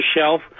shelf